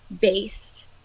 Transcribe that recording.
based